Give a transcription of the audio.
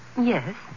Yes